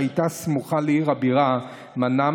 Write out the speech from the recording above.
שהייתה סמוכה לעיר הבירה מנאמה,